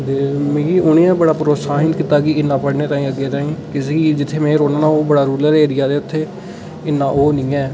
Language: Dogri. ते मिगी उ'नें गै बड़ा प्रोत्साहित कीता की इ'न्ना पढ़ने ताईं अग्गें ताईं जी जे जित्थै में रौह्न्ना होन्ना ओह् बड़ा रुरल एरिया ते उत्थै इन्ना ओह् निं ऐ